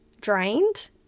drained